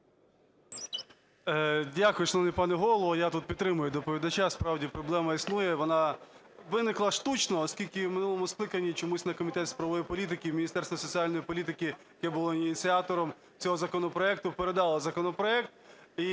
Дякую, шановний пане Голово. Я тут підтримую доповідача. Справді, проблема існує, вона виникла штучно, оскільки у минулому скликанні чомусь на Комітет з правової політики Міністерство соціальної політики, яке було ініціатором цього законопроекту, передало законопроект